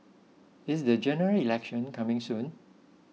is the General Election coming soon